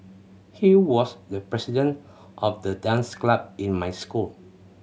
he was the president of the dance club in my school